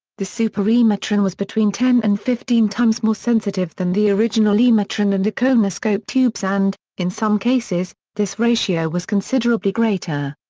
the super-emitron was between ten and fifteen times more sensitive than the original emitron and iconoscope tubes and, in some cases, this ratio was considerably greater.